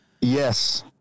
Yes